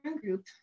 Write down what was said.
group